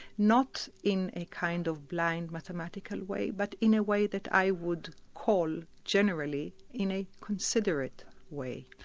not in a kind of blind, mathematical way, but in a way that i would call, generally, in a considerate way.